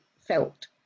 felt